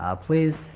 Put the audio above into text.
Please